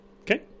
Okay